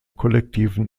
kollektiven